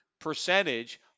percentage